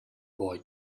boy